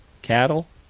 cattle?